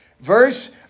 Verse